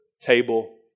table